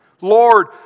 Lord